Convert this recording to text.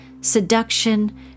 seduction